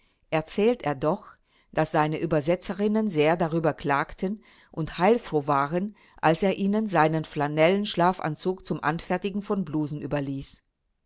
erzählt er doch daß seine übersetzerinnen sehr darüber klagten und heilfroh waren als er ihnen seinen flanellenen schlafanzug zum anfertigen von blusen überließ